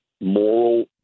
moral